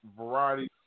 variety